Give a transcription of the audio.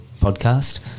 Podcast